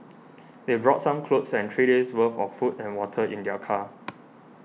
they brought some clothes and three days' worth of food and water in their car